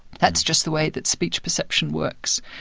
that's just the way that speech perception works,